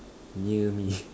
near me